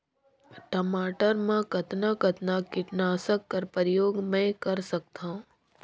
टमाटर म कतना कतना कीटनाशक कर प्रयोग मै कर सकथव?